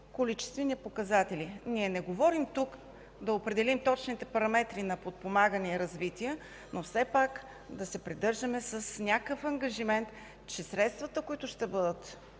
количествени показатели. Не говорим тук да определим точните параметри за подпомагане и развитие, но все пак да се придържаме към някакъв ангажимент, че средствата, предвидени за